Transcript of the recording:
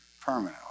permanently